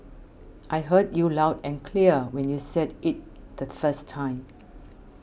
I heard you loud and clear when you said it the first time